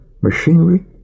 machinery